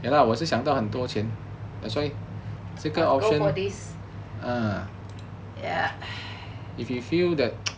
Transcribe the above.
like go for this